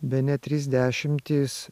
bene trys dešimtys